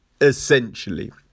essentially